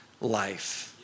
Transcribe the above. life